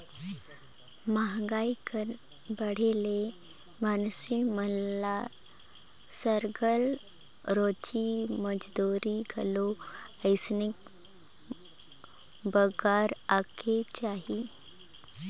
मंहगाई कर बढ़े ले मइनसे मन ल सरलग रोजी मंजूरी घलो अइसने बगरा अकन चाही